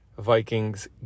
Vikings